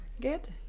Good